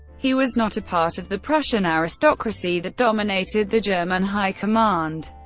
he was not a part of the prussian aristocracy that dominated the german high command,